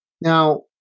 now